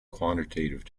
quantitative